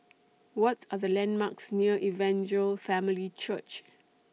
What Are The landmarks near Evangel Family Church